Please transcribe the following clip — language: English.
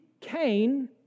Cain